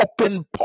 open